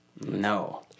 No